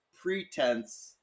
pretense